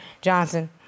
Johnson